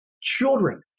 children